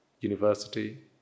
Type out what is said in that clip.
university